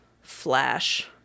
flash